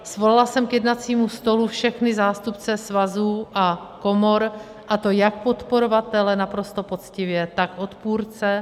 Svolala jsem k jednacímu stolu všechny zástupce svazů a komor, a to jak podporovatele, naprosto poctivě, tak odpůrce.